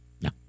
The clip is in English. No